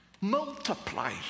multiply